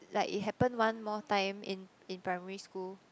like it happen one more time in in primary school